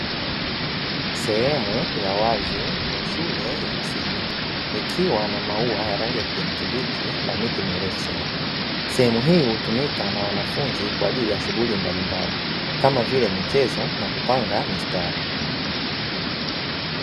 Sehemu ya wazi ya shule ya msingi, ikiwa na maua ya rangi ya kijani kibichi na miti mirefu sana, sehemu hii hutumika na wanafunzi kwa ajili ya shughuli mbalimbali; kama vile michezo na kupanga mistari.